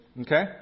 Okay